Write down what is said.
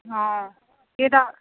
অঁ কেইটা